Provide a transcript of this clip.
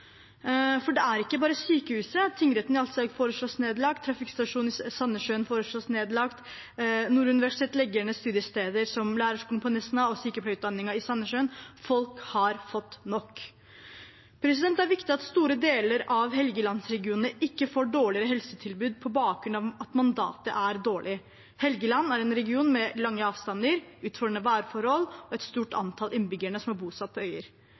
for dette gjelder ikke bare sykehuset. Tingretten på Alstahaug foreslås nedlagt, trafikkstasjonen i Sandnessjøen foreslås nedlagt, Nord universitet legger ned studiesteder, som lærerskolen på Nesna og sykepleierutdanningen i Sandnessjøen. Folk har fått nok. Det er viktig at store deler av helgelandsregionen ikke får dårligere helsetilbud på bakgrunn av at mandatet er dårlig. Helgeland er en region med lange avstander, utfordrende værforhold og et stort antall innbyggere som er bosatt på øyer.